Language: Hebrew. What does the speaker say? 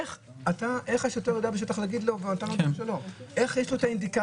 איך השוטר יודע בשטח להגיד לו --- איך יש לו את האינדיקציות?